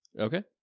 Okay